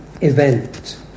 event